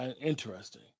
Interesting